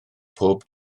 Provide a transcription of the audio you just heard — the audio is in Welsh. pob